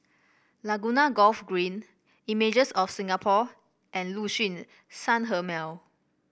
Laguna Golf Green Images of Singapore and Liuxun Sanhemiao